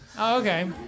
Okay